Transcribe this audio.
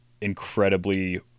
incredibly